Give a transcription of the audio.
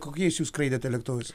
kokiais jūs skraidėte lėktuvais